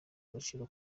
agaciro